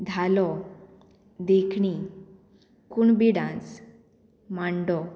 धालो देखणी कुणबी डांस मांडो